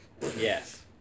Yes